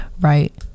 right